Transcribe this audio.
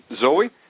Zoe